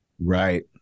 right